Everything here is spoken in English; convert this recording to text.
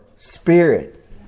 Spirit